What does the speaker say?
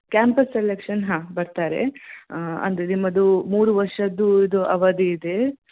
campus selection ಹಾಂ ಬರ್ತಾರೆ ಅಂದರೆ ನಿಮ್ಮದು ಮೂರು ವರ್ಷದ್ದು ಇದು ಅವಧಿ ಇದೆ